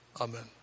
Amen